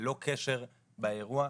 ללא קשר באירוע,